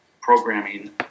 programming